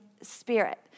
spirit